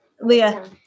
Leah